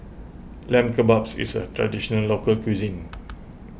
Lamb Kebabs is a Traditional Local Cuisine